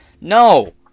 no